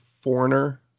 foreigner